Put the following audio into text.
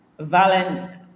Valent